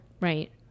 Right